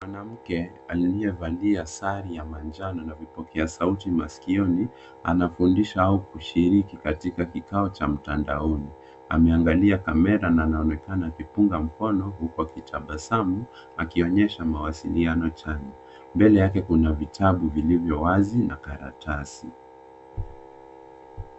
Mwanamke, aliyevaa sari ya manjano na vipokea sauti masikioni, anafundisha au kushiriki katika kikao cha mtandaoni. Anaangalia kamera na kuonekana akipunga mkono huku akitabasamu, akionyesha mawasiliano. Mbele yake kuna vitabu vilivyowazi na karatasi.